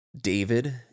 David